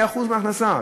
היא אחוז מהמחיר.